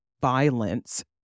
violence